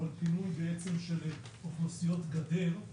אבל פינוי של אוכלוסיות גדר,